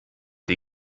die